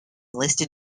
listed